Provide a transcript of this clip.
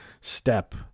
step